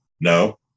no